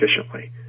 efficiently